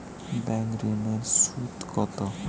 Bank ঋন এর সুদ কত?